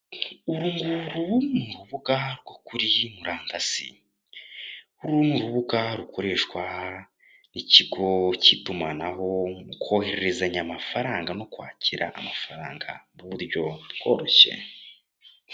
Uru nguru ni urubuga rwo kuri murandasi. Uru ni urubuga rukorshwa n' ikigo cy' itumanaho mu kohererezanya amafaranga no kwakira amafaranga mu buryo bworoshye.